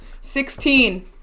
Sixteen